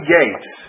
gates